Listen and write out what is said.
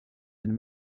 une